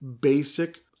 basic